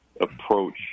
approach